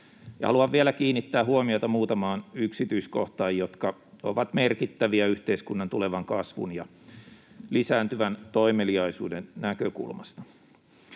Haluan vielä kiinnittää huomiota muutamaan yksityiskohtaan, jotka ovat merkittäviä yhteiskunnan tulevan kasvun ja lisääntyvän toimeliaisuuden näkökulmasta.